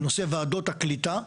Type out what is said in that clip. בנושא ועדות הקליטה,